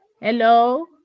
Hello